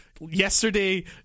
yesterday